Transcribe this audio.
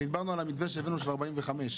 דיברנו על המתווה של ה-45.